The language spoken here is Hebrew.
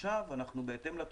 עכשיו אנחנו בהתאם לתוספת,